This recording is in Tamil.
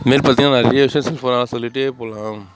இது மாரி பார்த்திங்கன்னா நிறைய விஷயம் சொல்லலாம் சொல்லிகிட்டே போகலாம்